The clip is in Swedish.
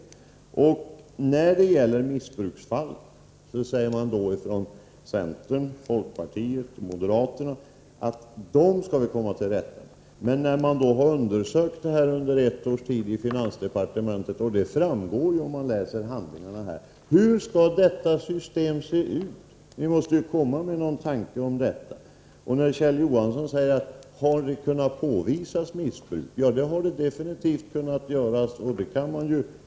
För det tredje: När det gäller missbruksfallen säger centern, folkpartiet och moderaterna att de vill komma till rätta med dessa. Men man har ju undersökt saken inom finansdepartementet under ett års tid — det framgår av handlingarna. Hur skall alltså ett sådant system se ut? Ni måste ju komma med några tankar om det. Kjell Johansson frågar: Har det kunnat påvisas missbruk? Ja, det har man definitivt kunnat göra.